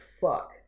fuck